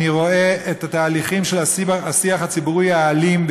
אני רואה את התהליכים של השיח הציבורי האלים,